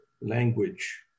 language